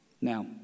Now